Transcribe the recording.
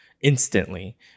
Instantly